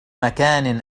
مكان